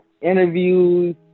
interviews